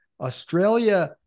Australia